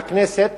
הכנסת,